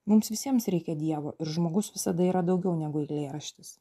mums visiems reikia dievo ir žmogus visada yra daugiau negu eilėraštis